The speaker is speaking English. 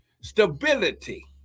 stability